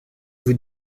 vous